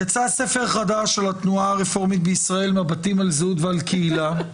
יצא ספר חדש של התנועה הרפורמית בישראל: "מבטים על זהות ועל קהילה".